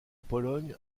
pologne